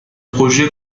projet